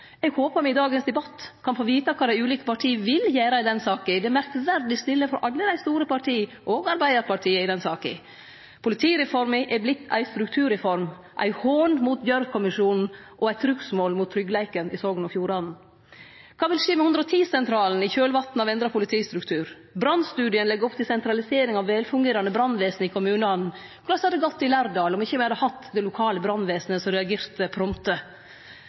Eg håpar me i dagens debatt kan få vite kva dei ulike partia vil gjere i den saka. Det er merkverdig stille frå alle dei store partia, også Arbeidarpartiet, i denne saka. Politireforma er vorte ei strukturreform, ein hån mot Gjørv-kommisjonen og eit trugsmål mot tryggleiken i Sogn og Fjordane. Kva vil skje med 110-sentralen i kjølvatnet av endra politistruktur? Brannstudien legg opp til sentralisering av velfungerande brannvesen i kommunane. Korleis hadde det gått i Lærdal om me ikkje hadde hatt det lokale brannvesenet, som reagerte